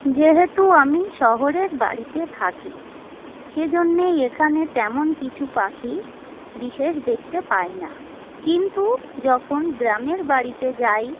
যেহেতু আমি শহরের বাড়িতে থাকি সেজন্যে এখানে তেমন কিছু পাখি বিশেষ দেখতে পাই না কিন্তু যখন গ্রামের বাড়িতে যাই